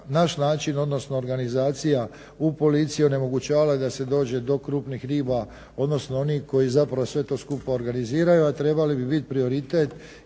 naš način, odnosno organizacija u policiji onemogućava da se dođe do krupnih riba, odnosno onih koji zapravo sve to skupa organiziraju, a trebali bi biti prioritet